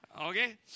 Okay